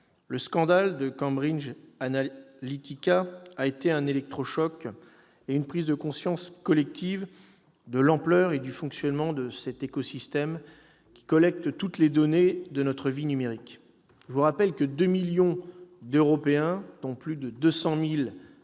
Le scandale de Cambridge Analytica a été un électrochoc et une prise de conscience collective de l'ampleur et du fonctionnement de cet écosystème qui collecte toutes les données de notre vie numérique. Je vous rappelle que 2 millions d'Européens, dont plus de 200 000